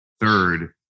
Third